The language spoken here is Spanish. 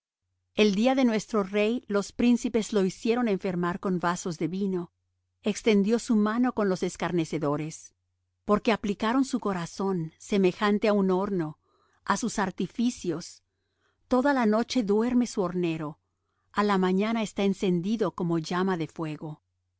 el día de nuestro rey los príncipes lo hicieron enfermar con vasos de vino extendió su mano con los escarnecedores porque aplicaron su corazón semejante á un horno á sus artificios toda la noche duerme su hornero á la mañana está encendido como llama de fuego